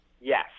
Yes